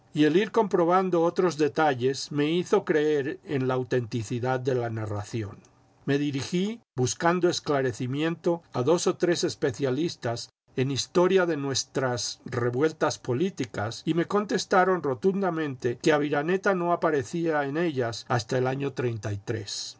y el ir comprobando otros detalles me hizo creer en la autenticidad de la narración me dirigí buscando esclarecimiento a dos o tres especialistas en historia de nuestras revueltas políticas y me contestaron rotundamente que aviraneta no aparecía en ellas hasta el año